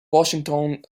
washington